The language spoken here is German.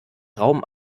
raum